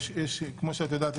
כמו שאת יודעת,